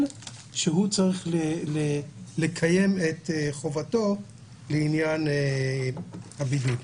שהוא צריך לקיים את חובתו לעניין הבידוד.